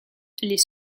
les